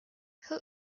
who